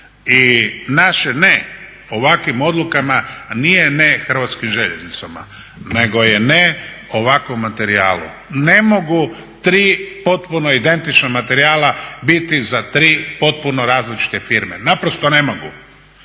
I naše ne ovakvim odlukama nije ne Hrvatskim željeznicama, nego je ne ovakvom materijalu. Ne mogu tri potpuno identična materijala biti za tri potpuno različite firme, naprosto ne mogu.